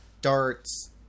Darts